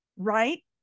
right